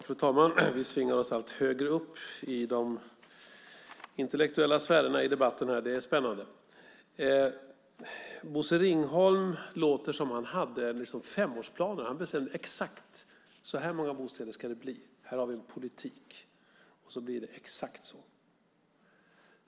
Fru talman! Vi svingar oss allt högre upp i de intellektuella sfärerna i debatten här. Det är spännande. Det låter som om Bosse Ringholm hade femårsplaner. Han bestämmer exakt hur många bostäder det ska bli - här har vi en politik och sedan blir det exakt så.